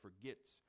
forgets